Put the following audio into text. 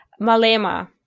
Malema